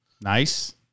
Nice